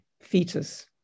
fetus